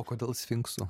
o kodėl sfinksu